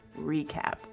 Recap